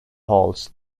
holds